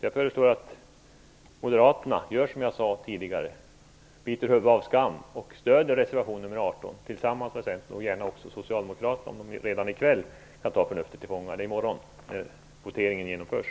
Jag föreslår att Moderaterna gör som jag tidigare sade, biter huvudet av skam och stöder reservation nr 18 tillsammans med Centern och gärna också med Socialdemokraterna, om de kan ta sitt förnuft till fånga i morgon då voteringen genomförs.